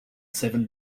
seven